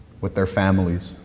with their families,